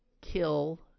kill